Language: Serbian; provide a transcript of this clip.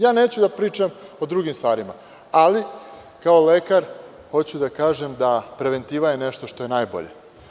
Ja neću da pričam o drugim stvarima, ali kao lekar hoću da kažem da preventiva je nešto što je najbolje.